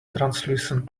translucent